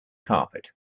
carpet